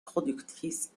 productrice